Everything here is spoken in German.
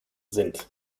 sind